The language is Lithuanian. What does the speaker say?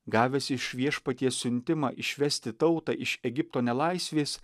gavęs iš viešpaties siuntimą išvesti tautą iš egipto nelaisvės